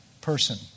person